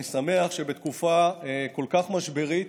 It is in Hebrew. אני שמח שבתקופה כל כך משברית